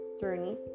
journey